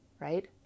right